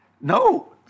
No